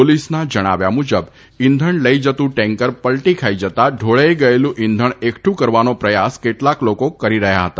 પોલીસના જણાવ્યા મુજબ ઇંધણ લઇ જતુ ટેન્કર પલ્ટી ખાઇ જતાં ઢોળાઇ ગયેલું ઇંધણ એકકું કરવાનો પ્રયાસ કેટલાક લોકો કરતા હતા